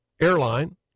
airline